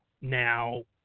Now